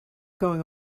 going